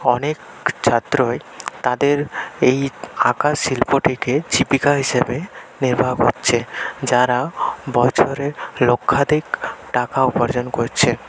অনেক ছাত্রই তাদের এই আঁকা শিল্পটিকে জীবিকা হিসেবে নির্বাহ করছে যারা বছরে লক্ষাধিক টাকা উপার্জন করছে